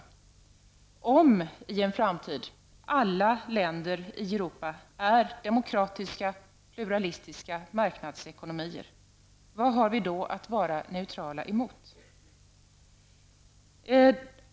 Om, i en framtid, alla länder i Europa är demokratiska, pluralistiska marknadsekonomier, vad har vi då att vara neutrala emot?